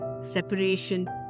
separation